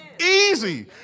Easy